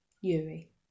yuri